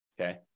Okay